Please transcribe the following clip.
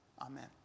Amen